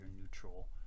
neutral